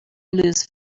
lose